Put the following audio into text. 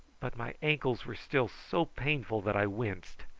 but my ankles were still so painful that i winced.